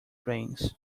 brains